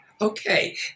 Okay